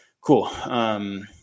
Cool